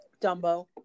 Dumbo